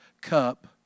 cup